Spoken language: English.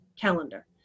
calendar